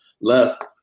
left